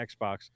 Xbox